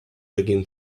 begin